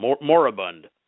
moribund